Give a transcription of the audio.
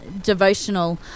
devotional